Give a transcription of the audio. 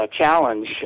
challenge